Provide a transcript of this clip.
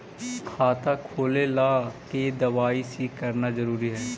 खाता खोले ला के दवाई सी करना जरूरी है?